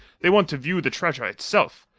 they want to view the treasure itself.